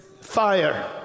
fire